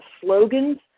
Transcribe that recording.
slogans